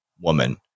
woman